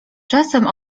czasem